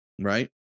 Right